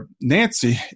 Nancy